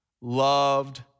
loved